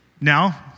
Now